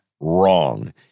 wrong